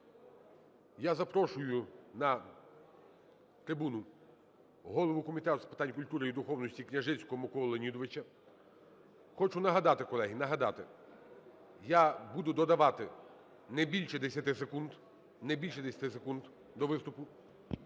Я запрошую на трибуну голову Комітету з питань культури і духовності Княжицького Миколу Леонідовича. Хочу нагадати, колеги, нагадати: я буду додавати не більше 10 секунд до виступу.